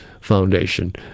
Foundation